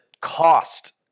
cost